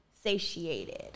satiated